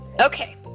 Okay